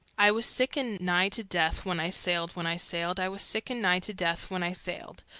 i was sick and nigh to death, when i sailed, when i sailed, i was sick and nigh to death when i sailed,